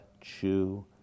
chew